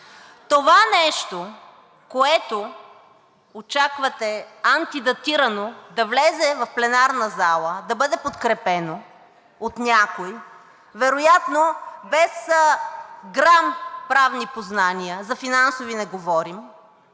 Това нещо, което очаквате антидатирано да влезе в пленарната зала, да бъде подкрепено от някои, вероятно без грам правни познания, а за финансови не говорим,